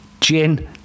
gin